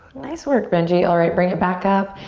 nice work, benji. alright, bring it back up,